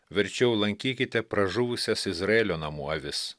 verčiau lankykite pražuvusias izraelio namų avis